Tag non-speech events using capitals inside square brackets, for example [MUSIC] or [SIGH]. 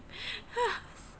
[LAUGHS]